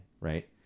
right